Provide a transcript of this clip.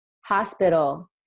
hospital